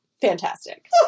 Fantastic